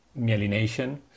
myelination